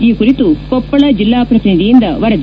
ಈ ಕುರಿತು ಕೊಪ್ಪಳ ಜಿಲ್ಲಾ ಪ್ರತಿನಿಧಿಯಿಂದ ವರದಿ